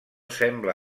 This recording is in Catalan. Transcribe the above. sembla